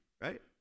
right